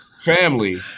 family